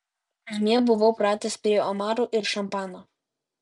namie buvau pratęs prie omarų ir šampano